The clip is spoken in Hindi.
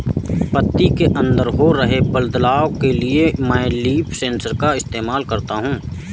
पत्ती के अंदर हो रहे बदलाव के लिए मैं लीफ सेंसर का इस्तेमाल करता हूँ